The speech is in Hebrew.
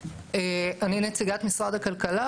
אני נציגת משרד הכלכלה.